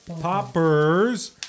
poppers